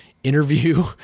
interview